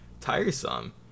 tiresome